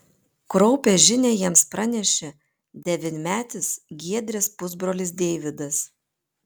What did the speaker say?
kraupią žinią jiems pranešė devynmetis giedrės pusbrolis deividas